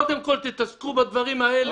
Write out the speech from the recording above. קודם כול תתעסקו בדברים האלה.